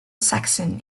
saxon